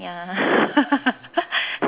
ya